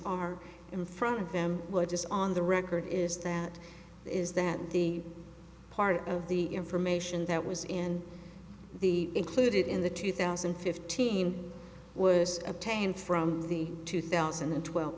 are in front of them were just on the record is that is that the part of the information that was in the included in the two thousand and fifteen was obtained from the two thousand and twelve